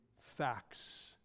facts